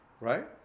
right